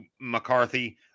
McCarthy